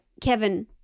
Kevin